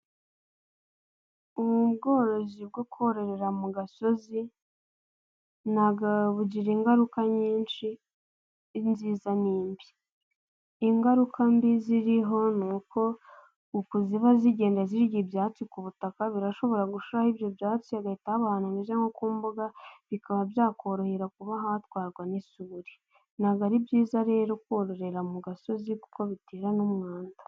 Ubworozi bwo kororera mu gasozi, bugira ingaruka nyinshi, inziza n'imbi. Ingaruka mbi ziriho n'uko uku ziba zigenda zirya ibyatsi ku butaka birashobora gushiraho ibyo byatsi gahita haba ahantu hameze nko ku mbuga, bikaba byakorohera kuba ahatwarwa n'isuburi, ntabwo ari byiza rero kororera mu gasozi kuko bitera n'umwanda.